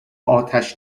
آتش